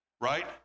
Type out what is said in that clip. right